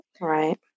Right